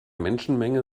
menschenmenge